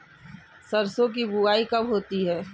सरसों की बुआई कब होती है?